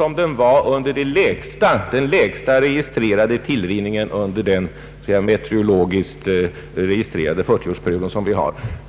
Om vi vid denna tidpunkt